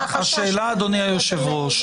אדוני היושב-ראש,